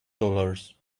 dollars